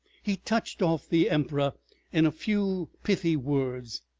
he touched off the emperor in a few pithy words,